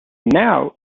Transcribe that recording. now